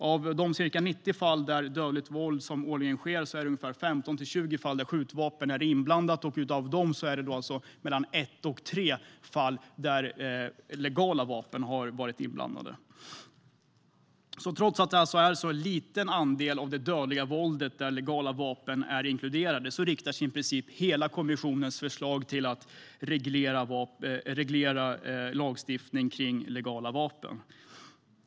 Av de ca 90 fall av dödligt våld som sker årligen är det ungefär 15-20 fall där skjutvapen är inblandade, och av dem är det ett till tre fall där legala vapen har varit inblandade. Trots att det alltså är en så liten andel av det dödliga våldet där legala vapen har använts riktar sig i princip kommissionens hela förslag till att reglera lagstiftning om legala vapen.